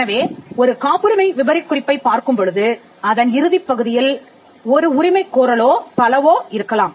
எனவே ஒரு காப்புரிமை விபரக்குறிப்பைப் பார்க்கும் பொழுது அதன் இறுதிப்பகுதியில் ஒரு உரிமைக்கோரலோ பலவோ இருக்கலாம்